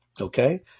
Okay